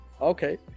Okay